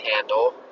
handle